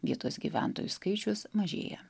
vietos gyventojų skaičius mažėja